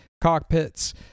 cockpits